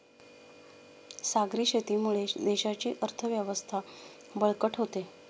सागरी शेतीमुळे देशाची अर्थव्यवस्था बळकट होते